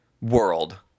World